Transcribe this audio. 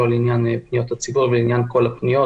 לעניין פניות לציבור ולעניין כל הפניות,